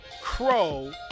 crow